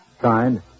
Signed